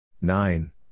nine